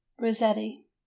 Rossetti